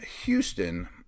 Houston